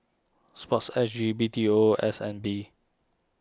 Sport S G B T O and S N B